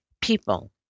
people